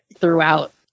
throughout